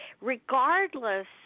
regardless